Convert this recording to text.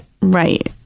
Right